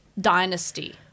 dynasty